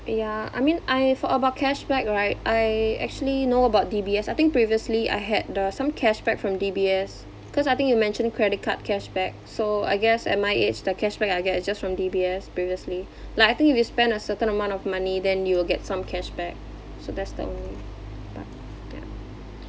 ya I mean I for about cashback right I actually know about D_B_S I think previously I had the some cashback from D_B_S cause I think you mentioned credit card cashback so I guess at my age the cashback I get is just from D_B_S previously like I think if you spend a certain amount of money then you will get some cashback so that's the only